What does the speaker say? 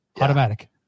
automatic